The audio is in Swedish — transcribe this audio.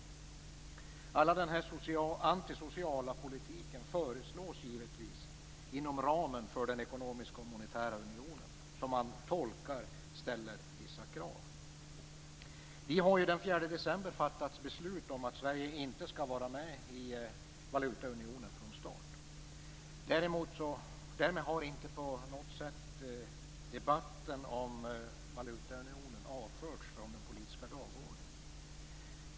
All den antisociala politiken föreslås givetvis inom ramen för den ekonomiska och monetära unionen, som man tolkar ställer vissa krav. Vi har ju den 4 december fattat beslut om att Sverige inte skall vara med i valutaunionen från start. Därmed har inte på något sätt debatten om valutaunionen avförts från den politiska dagordningen.